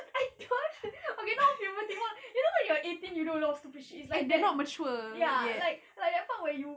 I don't okay not puberty you know when you're eighteen you do a lot of stupid shit it's like that ya like like that part where you